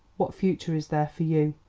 what future is there for you?